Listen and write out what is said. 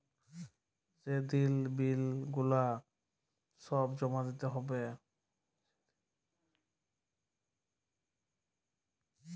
যে দিন বিল গুলা সব জমা দিতে হ্যবে